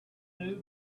new